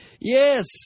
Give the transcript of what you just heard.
Yes